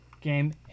Game